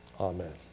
Amen